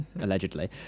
allegedly